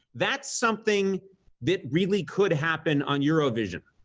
that's something that really could happen on eurovision.